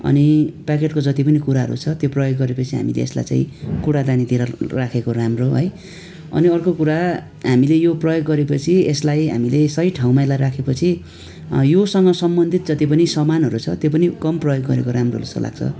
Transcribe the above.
अनि प्याकेटको जति पनि कुराहरू छ त्यो प्रयोग गरेपछि हामीले यसलाई चाहिँ कुडादानीतिर राखेको राम्रो है अनि अर्को कुरा हामीले यो प्रयोग गरेपछि यसलाई हामीले सही ठाउँमा राखेपछि योसँग सम्बन्धित जति पनि सामानहरू छ त्यो पनि कम प्रयोग गरेको राम्रो जस्तो लाग्छ